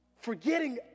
forgetting